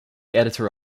editor